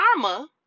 Karma